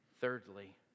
Thirdly